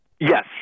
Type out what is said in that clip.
Yes